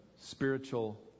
spiritual